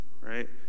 right